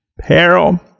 peril